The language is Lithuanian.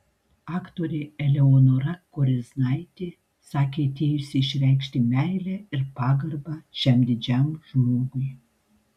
aktorė eleonora koriznaitė sakė atėjusi išreikšti meilę ir pagarbą šiam didžiam žmogui